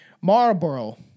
Marlborough